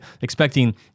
Expecting